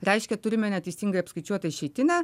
reiškia turime neteisingai apskaičiuota išeitinę